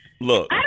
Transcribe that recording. Look